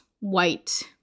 white